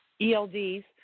ELDs